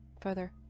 further